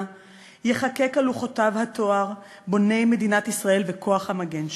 ייחקק על לוחותיו התואר 'בוני מדינת ישראל וכוח המגן שלה'.